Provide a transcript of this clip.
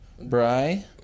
Bry